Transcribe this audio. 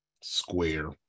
square